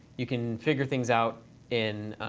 you can figure things out in